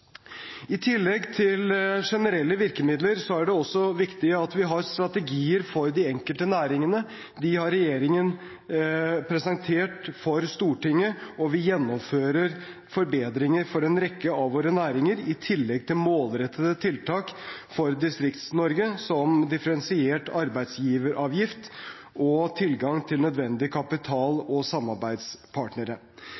I tillegg til generelle virkemidler er det også viktig at vi har strategier for de enkelte næringene. Disse har regjeringen presentert for Stortinget, og vi gjennomfører forbedringer for en rekke av våre næringer i tillegg til målrettede tiltak for Distrikts-Norge, som differensiert arbeidsgiveravgift og tilgang til nødvendig kapital